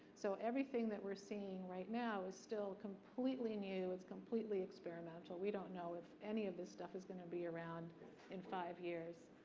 so everything that we're seeing right now is still completely new. it's completely experimental. we don't know if any of this stuff is gonna be around in five years.